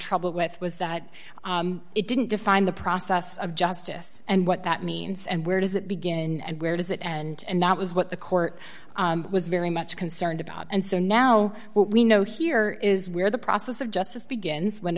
trouble with was that it didn't define the process of justice and what that means and where does it begin and where does it end and that was what the court was very much concerned about and so now we know here is where the process of justice begins